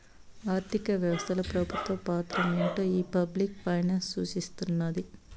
ఆర్థిక వ్యవస్తల పెబుత్వ పాత్రేంటో ఈ పబ్లిక్ ఫైనాన్స్ సూస్తున్నాది